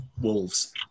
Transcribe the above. Wolves